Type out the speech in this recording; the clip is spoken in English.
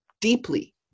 deeply